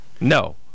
No